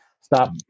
stop